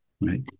right